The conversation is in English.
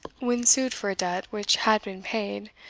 when sued for a debt which had been paid,